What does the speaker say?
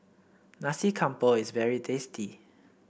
Nasi Campur is very tasty